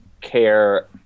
Care